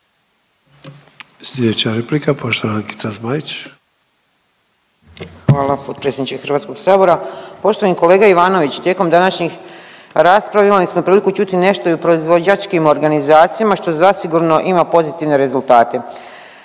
**Zmaić, Ankica (HDZ)** Hvala potpredsjedniče HS-a. Poštovani kolega Ivanović, tijekom današnjih rasprava imali smo priliku čuti nešto i o proizvođačkim organizacijama, što zasigurno ima pozitivne rezultate.